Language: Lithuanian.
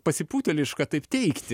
pasipūtėliška taip teigti